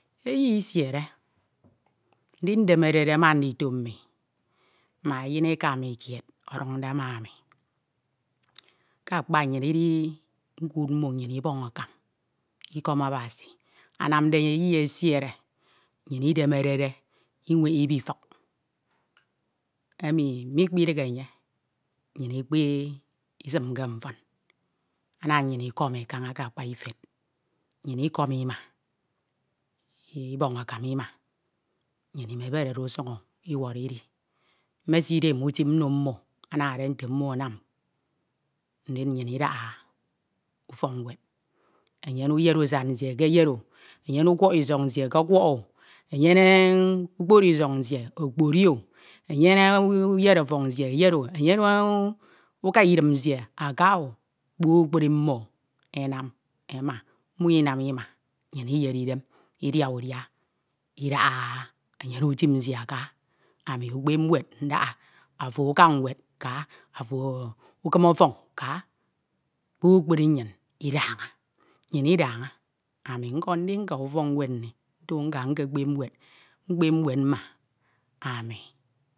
Eyi isiere ndimerede ma ndito mi ma eyin eka mi kied oduñde ma ami, ke akpa nnyin idi ndikuud mmo nnyin ibọñ akam ikom Abasi anamde eyi esiere, nnyiñidemerede iwek ibifuk, emi mikpidikhe. Enye nnyiñ ikpe simke mfin, ana nnyin ikome kaña ke akpa ifed, nnyin ikom e ima, nnyin ibọñ akam ima, nnyin iberede usuñ iworo idi, mmesideme utim o nno mmo anade nte mmo anam, ndin nnyin idakha ufọk nwed. Enyene uyed usan nsie ekeyedo, enyene isọñ nsie eke kpori o, enyene uyed ọfọñ nsie eyed o, enyene nka idim nsie akao, kpukpru mmo enam, mmo inam ima. Nnyin iyere idem, idakha enyene utin nsie aka, ami ekpep nwed ndikha, ofo ukin ọfọñ ka, kpukpru idakha, nnyin idaha ami nko ndika ufọk nwed nni, ntuka nkekpep nwed, mkpep nwed mma, ami